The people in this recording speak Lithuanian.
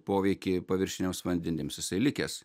poveikį paviršiniams vandenims jisai likęs